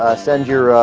ah send your ah.